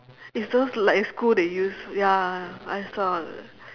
it's those like in school they use ya I saw